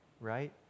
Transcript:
right